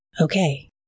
Okay